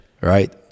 right